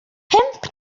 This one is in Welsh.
pump